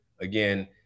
Again